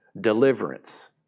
deliverance